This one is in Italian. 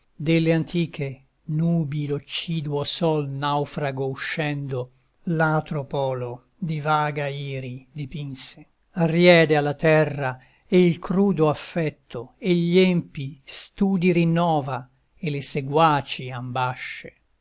delle antiche nubi l'occiduo sol naufrago uscendo l'atro polo di vaga iri dipinse riede alla terra e il crudo affetto e gli empi studi rinnova e le seguaci ambasce